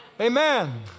Amen